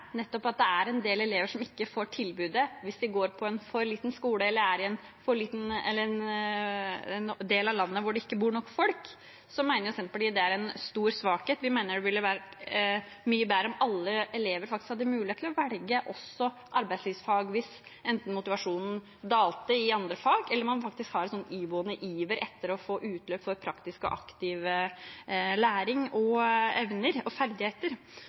er en del elever som ikke får tilbudet hvis de går på en for liten skole eller er i en del av landet hvor det ikke bor nok folk, mener Senterpartiet er en stor svakhet. Vi mener det ville være mye bedre om alle elever faktisk hadde mulighet for å velge også arbeidslivsfag hvis enten motivasjonen dalte i andre fag eller man har en iboende iver etter å få utløp for praktisk og aktiv læring og evner og ferdigheter.